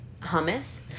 hummus